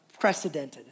precedented